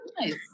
Nice